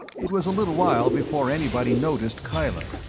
it was a little while before anybody noticed kyla,